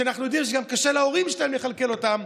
שאנחנו יודעים שגם להורים שלהם קשה לכלכל אותם,